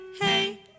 hey